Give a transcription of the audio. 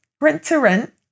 rent-to-rent